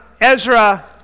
Ezra